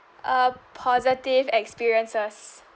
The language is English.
uh positive experiences